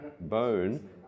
bone